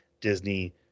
disney